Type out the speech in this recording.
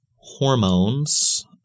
hormones